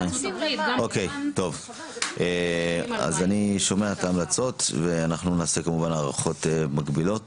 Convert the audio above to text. אני שומע את ההמלצות ואנחנו נעשה כמובן הערכות מקבילות